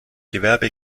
gewerbe